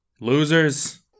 losers